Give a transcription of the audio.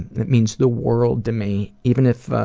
it means the world to me, even if